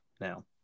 now